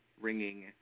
ringing